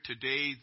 today